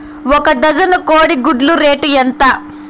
ఒక డజను కోడి గుడ్ల రేటు ఎంత?